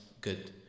good